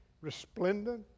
resplendent